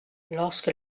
lorsque